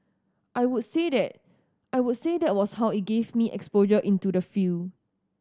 I would say that I was say that was how it gave me exposure into the field